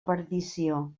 perdició